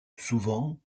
souvent